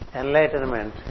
enlightenment